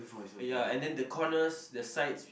ya and the corners the sides